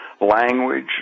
language